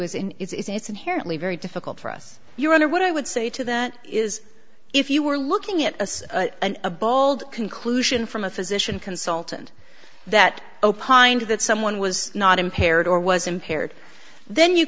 in it's inherently very difficult for us your honor what i would say to that is if you were looking at an a bold conclusion from a physician consultant that opined that someone was not impaired or was impaired then you